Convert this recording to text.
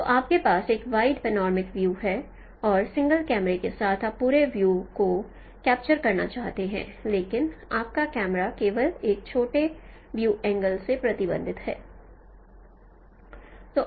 तो आपके पास एक वाइड पनोरमिक व्यू है और सिंगल कैमरे के साथ आप पूरे व्यू को कैप्चर करना चाहते हैं लेकिन आपका कैमरा केवल एक छोटे व्यू एंगल से प्रतिबंधित है